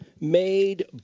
made